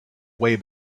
way